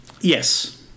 yes